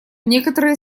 некоторые